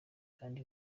kandi